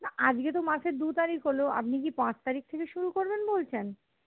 না আজকে তো মাসের দু তারিখ হলো আপনি কি পাঁচ তারিখ থেকে শুরু করবেন বলছেন